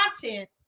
content